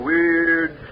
Weird